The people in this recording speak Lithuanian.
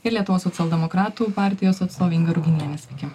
ir lietuvos socialdemokratų partijos atstovė inga ruginienė sveiki